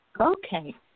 Okay